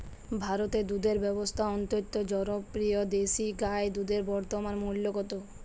ভারতে দুধের ব্যাবসা অত্যন্ত জনপ্রিয় দেশি গাই দুধের বর্তমান মূল্য কত?